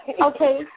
Okay